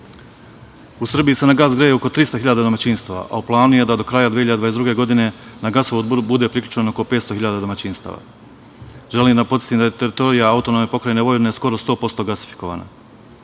U Srbiji se na gas greje oko 300 hiljada domaćinstava, a u planu je da do kraja 2022. godine na gasovod bude priključeno oko 500 hiljada domaćinstava. Želim da podsetim da je teritorija AP Vojvodine skoro 100% gasifikovana.